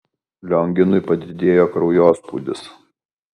lionginui padidėjo kraujospūdis